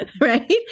Right